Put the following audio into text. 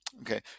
Okay